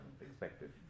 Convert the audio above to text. expected